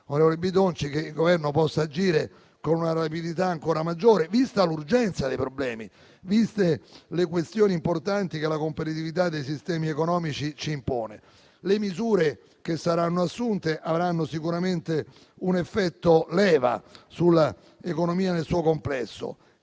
che il Governo possa agire con una rapidità ancora maggiore viste l'urgenza dei problemi e le questioni importanti che ci impone la competitività dei sistemi economici. Le misure che saranno assunte avranno sicuramente un effetto leva sull'economia nel suo complesso.